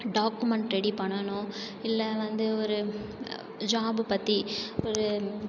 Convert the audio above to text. document ready பண்ணனும் இல்ல வந்து ஒரு ஜாப் பத்தி ஒரு